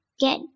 get